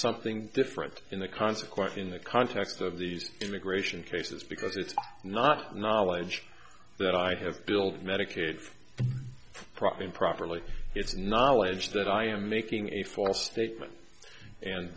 something different in the consequence in the context of these immigration cases because it's not knowledge that i have built medicaid prop improperly it's knowledge that i am making a false statement and